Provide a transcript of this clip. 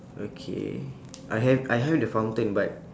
okay I have I have the fountain but